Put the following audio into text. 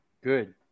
Good